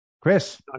chris